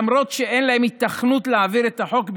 שלמרות שאין להם היתכנות להעביר את החוק,